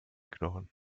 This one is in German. knochen